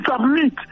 submit